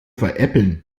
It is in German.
veräppeln